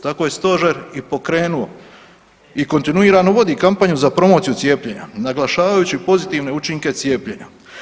Tako je Stožer i pokrenuo i kontinuirano vodi kampanju za promociju cijepljenja naglašavajući pozitivne učinke cijepljenja.